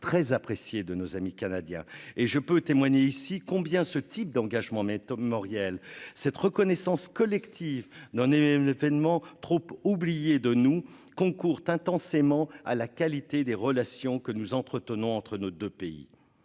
très apprécié de nos amis canadiens et je peux témoigner ici combien ce type d'engagement Mauriel cette reconnaissance collective n'en M2 l'événement troupes oublié de nous concours intensément à la qualité des relations que nous entretenons entre nos 2 pays,